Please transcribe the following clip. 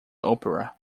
opera